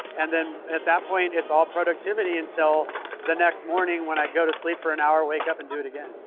and then at that point, it's all productivity until the next morning when i go to sleep for an hour, wake up and do it again.